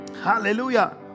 Hallelujah